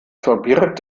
verbirgt